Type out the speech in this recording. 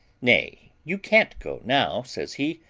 nay, you can't go now, says he,